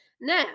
now